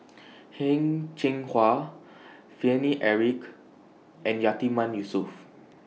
Heng Cheng Hwa Paine Eric and Yatiman Yusof